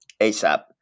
ASAP